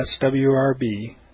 swrb